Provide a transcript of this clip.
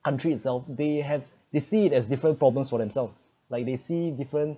country itself they have they see it as different problems for themselves like they see different